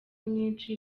nyinshi